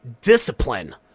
Discipline